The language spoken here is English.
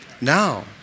Now